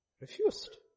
Refused